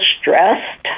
stressed